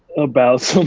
about so